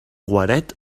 guaret